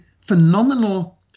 phenomenal